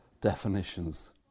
definitions